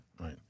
Right